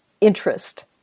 interest